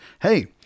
Hey